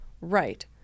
Right